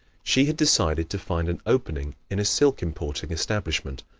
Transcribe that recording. she had decided to find an opening in a silk-importing establishment,